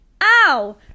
ow